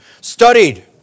studied